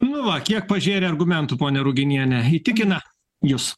nu va kiek pažėrė argumentų ponia ruginiene įtikina jus